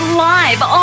live